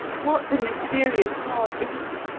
what the mysterious power is,